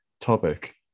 topic